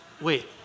wait